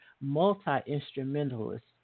multi-instrumentalist